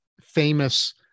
famous